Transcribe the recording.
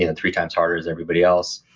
and three times harder as everybody else,